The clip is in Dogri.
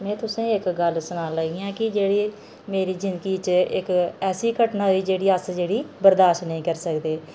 में तुसेंगी इक गल सनान लगी आं कि जेह्ड़े मेरी जिंदंगी च इक ऐसी घटना होई जेह्ड़ी अस जेह्ड़ी बरदाश्त नेईं करी सकदे